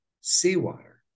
seawater